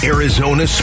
Arizona